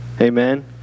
Amen